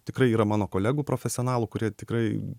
tikrai yra mano kolegų profesionalų kurie tikrai